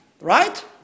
right